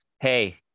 hey